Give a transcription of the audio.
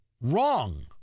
wrong